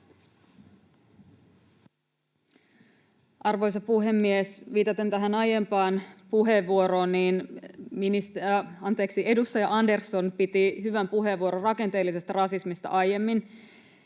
Arvoisa puhemies! Viitaten tähän aiempaan puheenvuoroon: Edustaja Andersson piti hyvän puheenvuoron rakenteellisesta rasismista aiemmin,